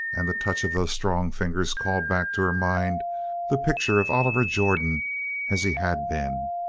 and the touch of those strong fingers called back to her mind the picture of oliver jordan as he had been,